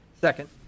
Second